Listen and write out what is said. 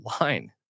line